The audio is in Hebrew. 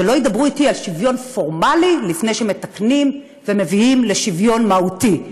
שלא ידברו אתי על שוויון פורמלי לפני שמתקנים ומביאים לשוויון מהותי,